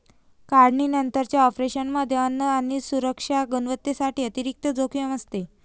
काढणीनंतरच्या ऑपरेशनमध्ये अन्न सुरक्षा आणि गुणवत्तेसाठी अतिरिक्त जोखीम असते